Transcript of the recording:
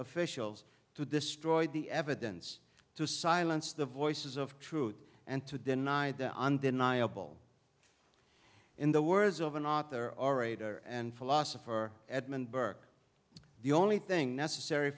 officials to destroy the evidence to silence the voices of truth and to deny the undeniable in the words of an author orator and philosopher edmund burke the only thing necessary